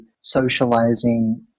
socializing